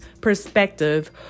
perspective